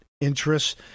interests